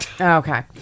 Okay